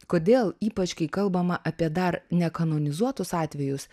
kodėl ypač kai kalbama apie dar ne kanonizuotus atvejus